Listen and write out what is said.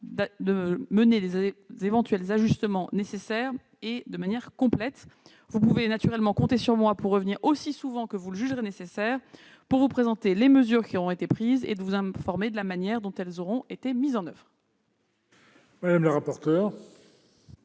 de procéder aux éventuels ajustements nécessaires de manière exhaustive. Vous pouvez naturellement compter sur moi pour revenir aussi souvent que vous le jugerez nécessaire vous présenter les mesures qui auront été prises et vous informer de la manière dont elles auront été mises en oeuvre. Quel est